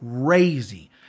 crazy